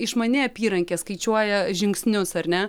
išmani apyrankė skaičiuoja žingsnius ar ne